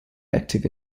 active